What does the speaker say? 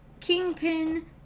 Kingpin